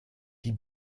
die